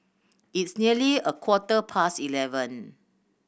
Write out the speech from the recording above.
its nearly a quarter past eleven